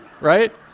right